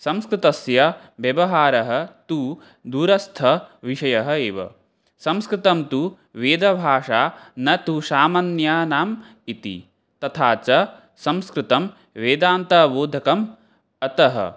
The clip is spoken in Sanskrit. संस्कृतस्य व्यवहारः तु दूरस्थविषयः एव संस्कृतं तु वेदभाषा न तु सामान्यानाम् इति तथा च संस्कृतं वेदान्तबोधकम् अतः